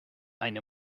eine